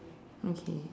okay